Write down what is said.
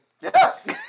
Yes